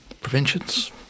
prevention's